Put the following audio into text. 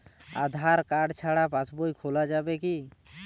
আধার card ছাড়া পাশবই খোলা যাবে কি?